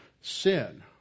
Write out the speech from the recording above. Sin